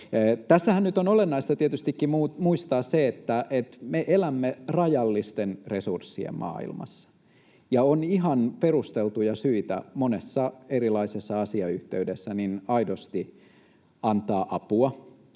Tässähän nyt on olennaista tietystikin muistaa se, että me elämme rajallisten resurssien maailmassa ja on ihan perusteltuja syitä monessa erilaisessa asiayhteydessä aidosti antaa apua,